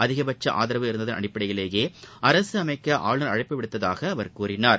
அதிகபட்ச ஆதரவு இருந்ததன் அடிப்படையிலேயே அரசு அமைக்க ஆளுநர் அழைப்பு விடுத்ததாக அவர் கூறினார்